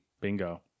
Bingo